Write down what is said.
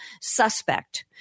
suspect